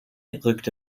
rückte